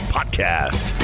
Podcast